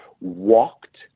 walked